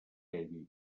ell